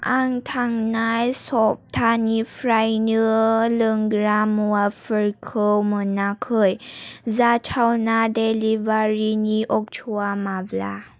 आं थांनाय सप्तानिफ्रायनो लोंग्रा मुवाफोरखौ मोनाखै जाथावना डेलिबारिनि अक्ट'आ माब्ला